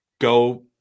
go